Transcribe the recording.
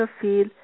feel